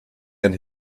and